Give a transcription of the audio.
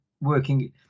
working